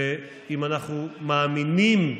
ואם אנחנו מאמינים שאזרחים,